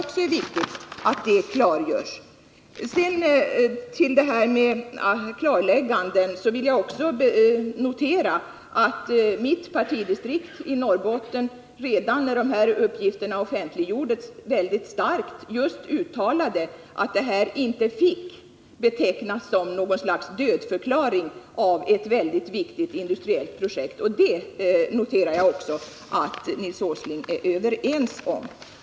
Det är viktigt att också detta klargörs. Jag vill också betona att mitt partidistrikt i Norrbotten redan när dessa uppgifter offentliggjordes mycket starkt uttalade att ifrågavarande planer inte fick betecknas som något slags dödförklaring av ett väldigt viktigt industriellt projekt i Norrbotten. Det noterar jag att också Nils Åsling instämmer i.